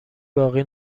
باقی